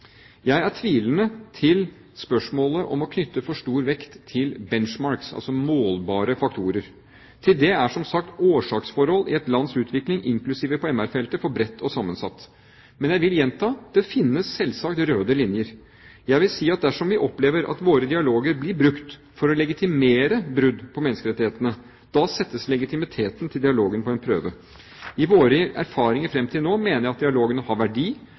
Jeg stiller meg tvilende til spørsmålet om å knytte for stor vekt til «benchmarks» – altså målbare faktorer. Til det er, som sagt, årsaksforholdet i et lands utvikling, inklusiv på MR-feltet, for bredt og sammensatt. Men jeg vil gjenta: Det finnes selvsagt «røde linjer». Jeg vil si at dersom vi opplever at våre dialoger blir brukt for å legitimere brudd på menneskerettighetene, settes legitimiteten til dialogen på prøve. I våre erfaringer fram til nå mener jeg at dialogene har verdi